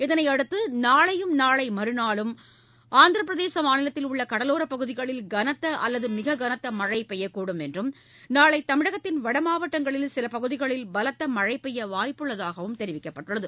இதனை அடுத்து நாளையும் நாளை மறுநாளும் ஆந்திர பிரதேச மாநிலத்தில் உள்ள கடலோர பகுதிகளில் கனத்த அல்லது மிக கனத்த மழை பெய்யக்கூடுமென்றும் நாளை தமிழகத்தின் வடமாவட்டங்களில் சிலபகுதிகளில் பலத்த மழைபெய்ய வாய்ப்புள்ளதாகவும் தெரிவிக்கப்பட்டுள்ளது